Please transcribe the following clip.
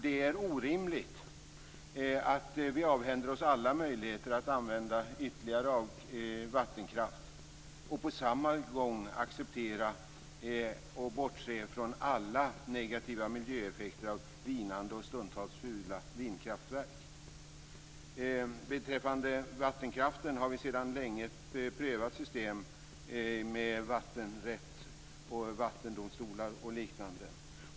Det är orimligt att vi avhänder oss alla möjligheter att använda ytterligare vattenkraft och på samma gång accepterar och bortser från alla negativa miljöeffekter av vinande och stundtals fula vindkraftverk. Beträffande vattenkraften har vi sedan länge prövat system med vattenrätt, vattendomstolar och liknande.